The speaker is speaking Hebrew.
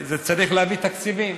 צריך להביא תקציבים.